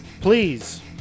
Please